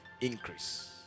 increase